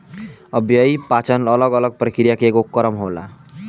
अव्ययीय पाचन अलग अलग प्रक्रिया के एगो क्रम होला